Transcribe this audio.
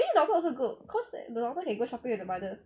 I think daughter also good cause the daughter can go shopping with the mother